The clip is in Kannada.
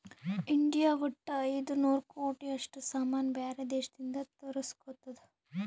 ಇಂಡಿಯಾ ವಟ್ಟ ಐಯ್ದ ನೂರ್ ಕೋಟಿ ಅಷ್ಟ ಸಾಮಾನ್ ಬ್ಯಾರೆ ದೇಶದಿಂದ್ ತರುಸ್ಗೊತ್ತುದ್